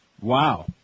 Wow